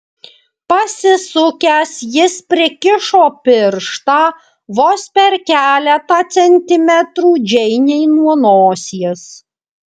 pasisukęs jis prikišo pirštą vos per keletą centimetrų džeinei nuo nosies